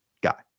guy